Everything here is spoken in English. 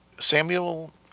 Samuel